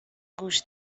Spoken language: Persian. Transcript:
گوش